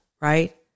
right